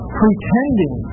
pretending